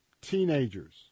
teenagers